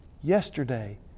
yesterday